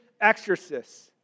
exorcists